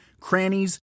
crannies